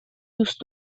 دوست